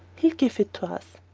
he'll give it to us!